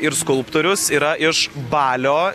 ir skulptorius yra iš balio